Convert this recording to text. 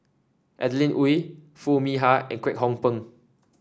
Adeline Ooi Foo Mee Har and Kwek Hong Png